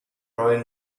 royal